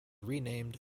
renamed